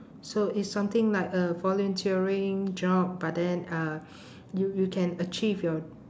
so it's something like a volunteering job but then uh you you can achieve your